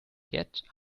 yet